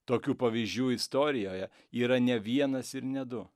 tokių pavyzdžių istorijoje yra ne vienas ir ne du